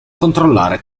controllare